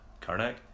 Karnak